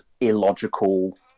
illogical